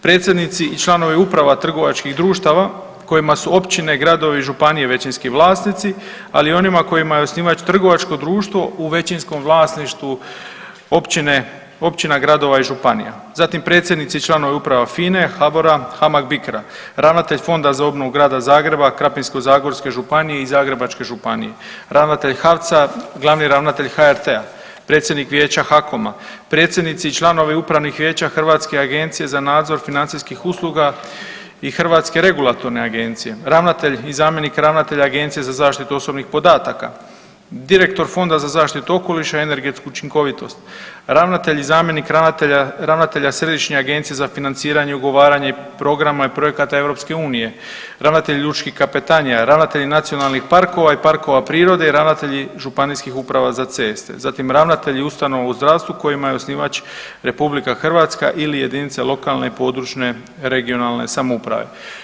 Predsjednici i članovi uprava trgovačkih društava kojima su općine, gradovi i županije većinski vlasnici, ali i onima kojima je osnivač trgovačko društvo u većinskom vlasništvu općina, gradova i županija, zatim predsjednici i članovi uprava FINA-e, HBOR-a, HAMAG-Bicro-a, ravnatelj Fonda za obnovu Grada Zagreba, Krapinsko-zagorske županije i Zagrebačke županije, ravnatelj HAVC-a, glavni ravnatelj HRT-a, predsjednik Vijeća HAKOM-a, predsjednici i članovi upravnih vijeća Hrvatske agencije za nadzor financijskih usluga i Hrvatske regulatorne agencije, ravnatelj i zamjenik ravnatelja Agencije za zaštitu osobnih podataka, direktor Fonda za zaštitu okoliša i energetsku učinkovitost, ravnatelj i zamjenik ravnatelja Središnje agencije za financiranje i ugovaranje programa i projekata EU, ravnatelji lučkih kapetanija, ravnatelji nacionalnih parkova i parkova prirode, ravnatelji i ŽUC-a, zatim ravnatelji ustanova u zdravstvu kojima je osnivač RH ili jedinica lokalne i područne (regionalne) samouprave.